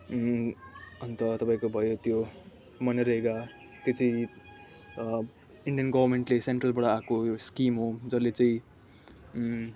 अन्त तपाईँको भयो त्यो मनरेगा त्यो चाहिँ इन्डियन गभर्मेन्टले सेन्ट्रलबाट आएको स्किम हो जसले चाहिँ